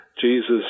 Jesus